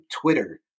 Twitter